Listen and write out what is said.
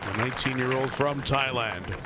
nineteen year old from thailand.